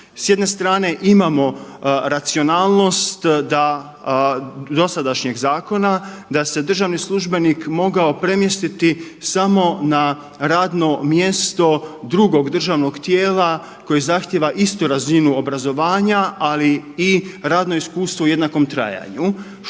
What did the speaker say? S jedne strane imamo racionalnost dosadašnjeg zakona da se državni službenik mogao premjestiti samo na radno mjesto drugog državnog tijela koje zahtjeva istu razinu obrazovanja ali i radno iskustvo u jednakom trajanju